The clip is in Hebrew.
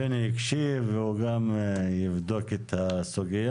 בני הקשיב והוא גם יבדוק את הסוגיה.